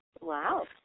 Wow